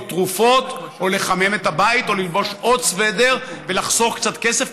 תרופות או לחמם את הבית או ללבוש עוד סוודר ולחסוך קצת כסף,